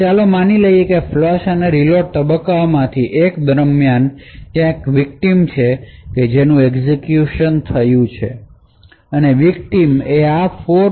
ચાલો હવે માની લઈએ કે ફ્લશ અને રીલોડ તબક્કાઓમાંથી એક દરમિયાન ત્યાં એક વિકટીમ છે જે એક્ઝેક્યુટ થયું છે